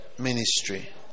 ministry